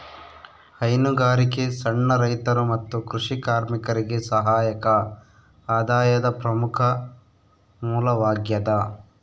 ಹೈನುಗಾರಿಕೆ ಸಣ್ಣ ರೈತರು ಮತ್ತು ಕೃಷಿ ಕಾರ್ಮಿಕರಿಗೆ ಸಹಾಯಕ ಆದಾಯದ ಪ್ರಮುಖ ಮೂಲವಾಗ್ಯದ